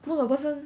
most of the person